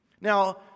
Now